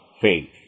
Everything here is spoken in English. faith